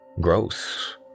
gross